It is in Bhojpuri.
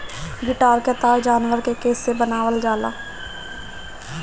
गिटार क तार जानवर के केस से बनावल जाला